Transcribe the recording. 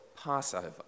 Passover